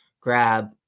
grab